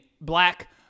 black